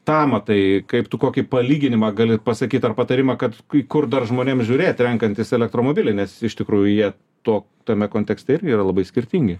tą matai kaip tu kokį palyginimą gali pasakyt ar patarimą kad kai kur dar žmonėm žiūrėt renkantis elektromobilį nes iš tikrųjų jie to tame kontekste irgi yra labai skirtingi